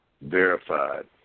verified